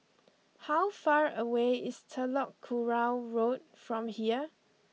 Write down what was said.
how far away is Telok Kurau Road from here